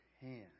hand